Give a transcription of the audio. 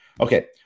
Okay